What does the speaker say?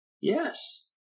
Yes